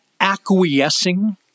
acquiescing